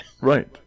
Right